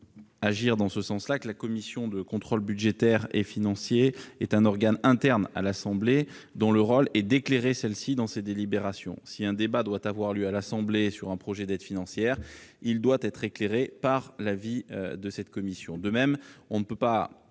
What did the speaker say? cohérence de la procédure. La commission de contrôle budgétaire et financier est un organe interne à l'assemblée de la Polynésie française, dont le rôle est d'éclairer celle-ci dans ses délibérations. Si un débat doit avoir lieu à l'assemblée sur un projet d'aide financière, il doit être éclairé par l'avis de cette commission. De même, on ne peut pas